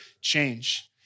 change